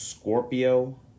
Scorpio